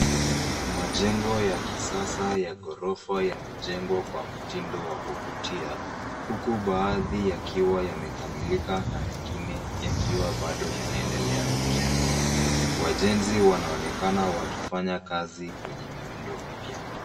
Majengo ya kisasa ya gorofa yamejengwa kwa mtindo wa kuvutia, huku baadhi yakiwa yamekamilika na mengine yakiwa bado yanaendelea kujengwa. Wajenzi wanaonekana wakifanya kazi kwenye miundo mipya.